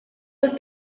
dos